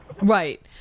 Right